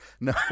no